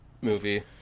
movie